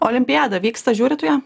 olimpiada vyksta žiūri tu ją